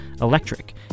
electric